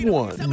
one